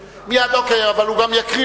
מייד, אבל הוא גם יקריא